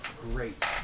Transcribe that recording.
Great